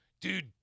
dude